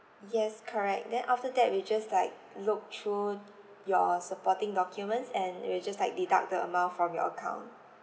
yes correct then after that we just like look through your supporting documents and we'll just like deduct the amount from your account